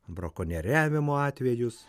brakonieriavimo atvejus